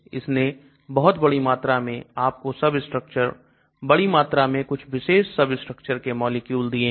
इसने बहुत बड़ी मात्रा में आपको सबस्ट्रक्चर बड़ी मात्रा में कुछ विशेष सबस्ट्रक्चर के मॉलिक्यूल दिए हैं